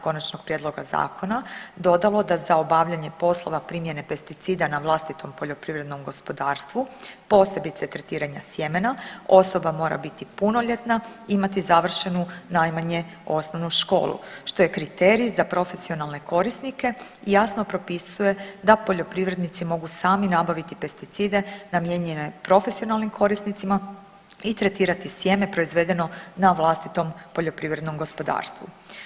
Konačnog prijedloga zakona dodalo da za obavljanje poslova primjene pesticida na vlastitom poljoprivrednom gospodarstvu posebice tretiranja sjemena osoba mora biti punoljetna i imati završenu najmanje osnovnu školu što je kriterij za profesionalne korisnike i jasno propisuje da poljoprivrednici mogu sami nabaviti pesticide namijenjene profesionalnim korisnicima i tretirati sjeme proizvedeno na vlastitom poljoprivrednom gospodarstvu.